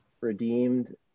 redeemed